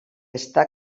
està